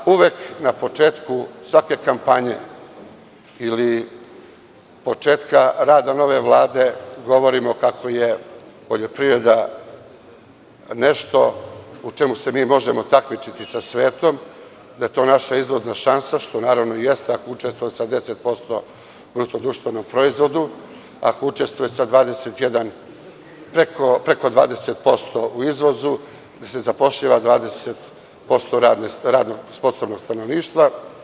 Uvek na početku svake kampanje ili početka nove Vlade govorimo kako je poljoprivreda nešto u čemu se možemo takmičiti sa svetom, da je to naša izvozna šansa, što naravno jeste ako učestvuje sa 10% BDP, ako učestvuje sa preko 20% u izvozu, zapošljava 20% radno sposobnog stanovništva.